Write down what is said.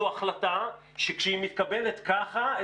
זו החלטה שכשהיא מתקבלת ככה,